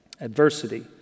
Adversity